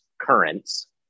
currents